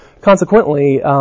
consequently